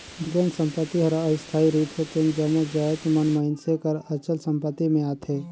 जेन संपत्ति हर अस्थाई रिथे तेन जम्मो जाएत मन मइनसे कर अचल संपत्ति में आथें